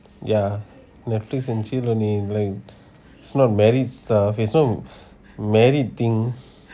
ya netflix and chill only like is not married stuff is not married thing